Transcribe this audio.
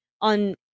on